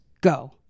go